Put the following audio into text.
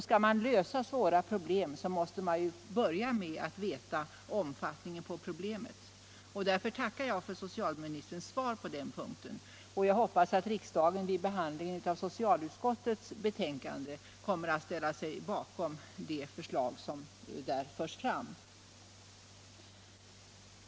Skall man lösa ett svårt problem måste man ju till att börja med veta omfattningen av problemet. Därför tackar jag för socialministerns svar på den punkten. Jag hoppas att riksdagen vid behandlingen av socialutskottets betänkande kommer att ställa sig bakom det förslag som där framförs.